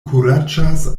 kuraĝas